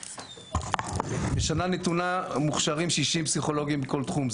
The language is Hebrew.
כי בשנה נתונה מוכשרים 60 פסיכולוגים בכל תחום,